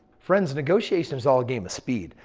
friends, negotiation is all game a speed.